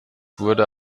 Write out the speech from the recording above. wurde